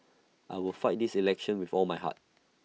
I will fight this election with all my heart